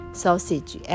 sausage